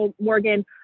Morgan